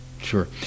sure